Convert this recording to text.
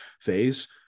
phase